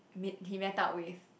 meet he met up with